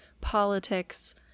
politics